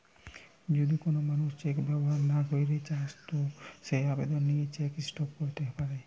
যদি কোন মানুষ চেক ব্যবহার না কইরতে চায় তো সে আবেদন দিয়ে চেক স্টপ ক্যরতে পারে